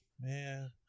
man